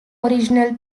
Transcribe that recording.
original